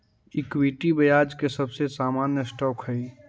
equity ब्याज के सबसे सामान्य स्टॉक हई